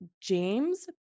James